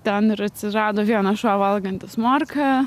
ten ir atsirado vienas šuo valgantis morką